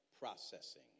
processing